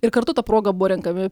ir kartu ta proga buvo renkami